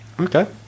okay